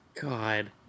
God